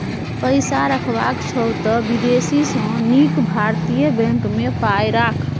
पैसा रखबाक छौ त विदेशी सँ नीक भारतीय बैंक मे पाय राख